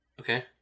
Okay